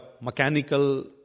mechanical